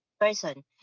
person